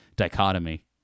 Dichotomy